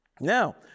Now